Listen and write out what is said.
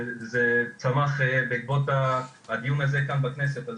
זה צמח בעקבות הדיון הזה כאן בכנסת.